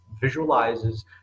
visualizes